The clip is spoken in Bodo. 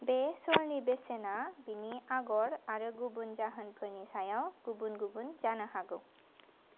बे शलनि बेसेना बेनि आगर आरो गुबुन जाहोनफोरनि सायाव गुबुन गुबुन जानो हागौ